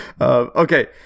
Okay